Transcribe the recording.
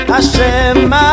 Hashem